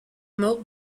moat